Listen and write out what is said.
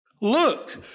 Look